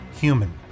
human